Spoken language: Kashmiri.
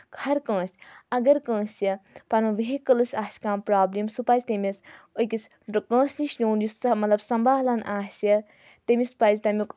ہر کٲنٛسہِ اگر کٲنٛسہِ پَنُن ویہکٕلس آسہِ کانٛہہ پرابلِم سُہ پَزِ تٔمِس أکِس کٲنٛسہِ نِش نیوٗن یُس سۄ مطلب سَمبالَن آسہِ تٔمِس پَزِ تَمیُک